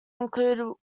include